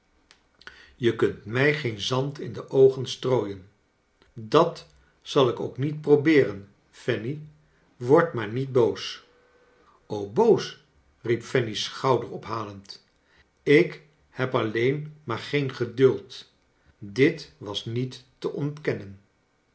je kunt mij geen zand in de oogen strooien dat zal ik ook niet probeeren fanny word maar niet boos boos i riep fanny schouderophalend ik heb alleen maar geen geduld dit was niet te ontkennen